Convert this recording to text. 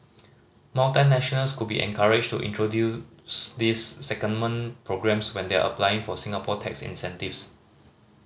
multinationals could be encouraged to introduce these secondment programmes when they are applying for Singapore tax incentives